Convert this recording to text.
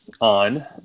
on